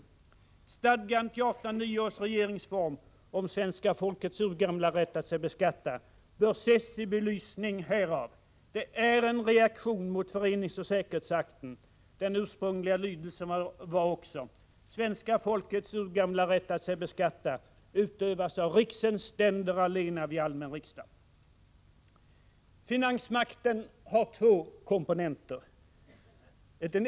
Stadgandet i 1809 års regeringsform om svenska folkets urgamla rätt att sig beskatta bör ses i belysning härav. Det är en reaktion mot föreningsoch säkerhetsakten. Den ursprungliga lydelsen var också: ”Svenska folkets urgamla rätt att sig beskatta utövas av riksens ständer allena vid allmän riksdag.” Finansmakten har två komponenter.